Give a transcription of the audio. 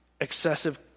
excessive